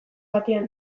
batean